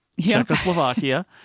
Czechoslovakia